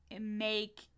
make